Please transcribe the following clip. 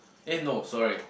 no sorry